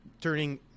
turning